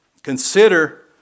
Consider